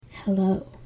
hello